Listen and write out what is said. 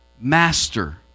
master